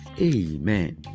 Amen